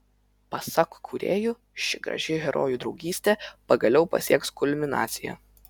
pasak kūrėjų ši graži herojų draugystė pagaliau pasieks kulminaciją